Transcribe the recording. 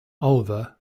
over